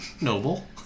Noble